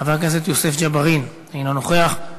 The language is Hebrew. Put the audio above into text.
חבר הכנסת יוסף ג'בארין, אינו נוכח.